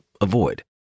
avoid